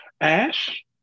Ash